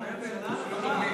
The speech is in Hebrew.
הממשלה,